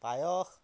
পায়স